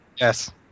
Yes